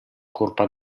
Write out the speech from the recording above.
colpa